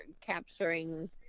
capturing